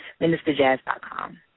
ministerjazz.com